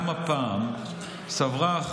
גם הפעם סברה הוועדה בראשותי,